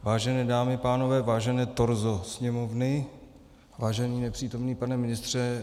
Vážené dámy, pánové, vážené torzo Sněmovny, vážený nepřítomný pane ministře.